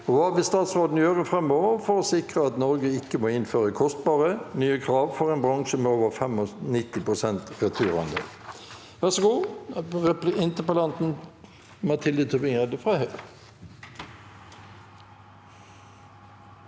hva vil statsråden gjøre fremover for å sikre at Norge ikke må innføre kostbare, nye krav for en bransje med over 95 pst. returandel?»